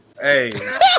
Hey